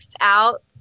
out